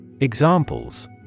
Examples